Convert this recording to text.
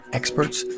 experts